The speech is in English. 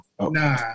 Nah